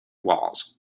walls